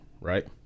right